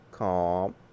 Calm